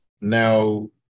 Now